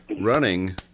running